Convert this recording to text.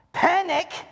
Panic